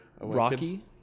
Rocky